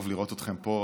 טוב לראות אתכם פה,